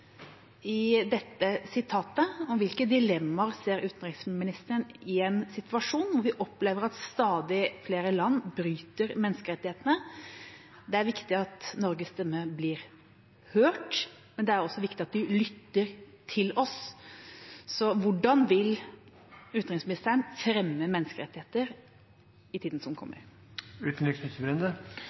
i dette sitatet? Hvilke dilemmaer ser utenriksministeren i en situasjon hvor vi opplever at stadig flere land bryter menneskerettighetene? Det er viktig at Norges stemme blir hørt, men det er også viktig at de lytter til oss. Hvordan vil utenriksministeren fremme menneskerettigheter i tida som